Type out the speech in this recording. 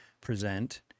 present